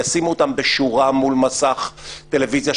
ישימו אותם בשורה מול מסך טלוויזיה,